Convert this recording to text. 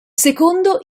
secondo